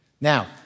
Now